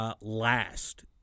Last